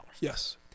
Yes